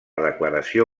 declaració